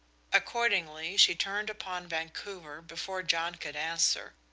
accordingly she turned upon vancouver before john could answer.